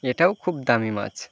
এটাও খুব দামি মাছ